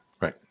Right